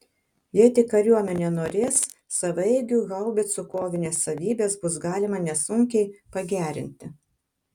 jei tik kariuomenė norės savaeigių haubicų kovinės savybės bus galima nesunkiai pagerinti